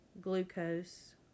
glucose